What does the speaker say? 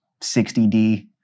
60d